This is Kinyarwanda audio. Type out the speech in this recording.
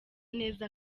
neza